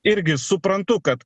irgi suprantu kad